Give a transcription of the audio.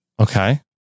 Okay